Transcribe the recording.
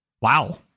wow